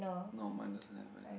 no minus never mind